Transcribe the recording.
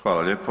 Hvala lijepo.